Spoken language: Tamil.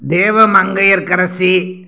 தேவமங்கையற்கரசி